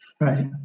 Right